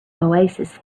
oasis